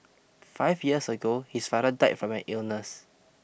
five years ago his father died from an illness